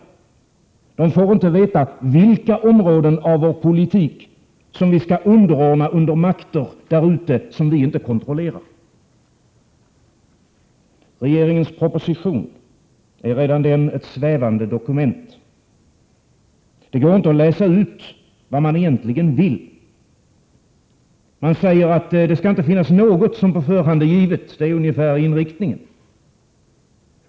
De får inte veta vilka områden av vår politik som vi skall underordna makter där ute, som vi inte kontrollerar. Regeringens proposition är redan den ett svävande dokument. Det går inte att läsa ut vad regeringen egentligen vill. Man säger att det inte skall finnas något som på förhand är givet — det är den ungefärliga inriktningen.